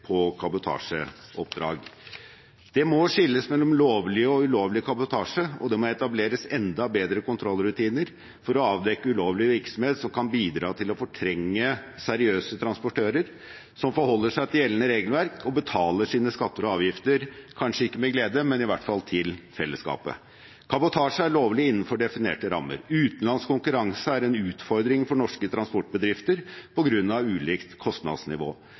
på kabotasjeoppdrag. Det må skilles mellom lovlig og ulovlig kabotasje, og det må etableres enda bedre kontrollrutiner for å avdekke ulovlig virksomhet som kan bidra til å fortrenge seriøse transportører som forholder seg til gjeldende regelverk og betaler sine skatter og avgifter – kanskje ikke med glede, men i hvert fall til fellesskapet. Kabotasje er lovlig innenfor definerte rammer. Utenlandsk konkurranse er en utfordring for norske transportbedrifter på grunn av ulikt kostnadsnivå,